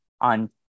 on